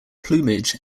plumage